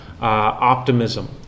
optimism